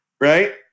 right